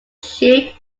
sheep